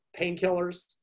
painkillers